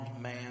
man